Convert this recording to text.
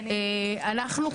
אנחנו,